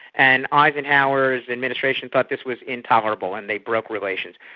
and eisenhower's administration thought this was intolerable and they broke relations.